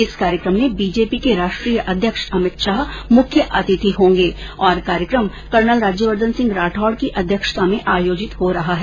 इस कार्यकम में बीजेपी के राष्ट्रीय अध्यक्ष अमित शाह मुख्य अतिथि होगें और कार्यक्रम कर्नल राज्यवर्द्वन सिंह राठौड की अध्यक्षता में आयोजित हो रहा है